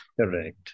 Correct